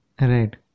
Right